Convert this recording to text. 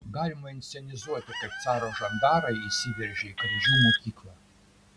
galima inscenizuoti kaip caro žandarai įsiveržia į kražių mokyklą